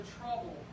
trouble